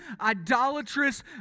idolatrous